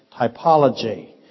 typology